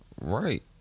Right